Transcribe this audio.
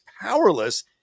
powerless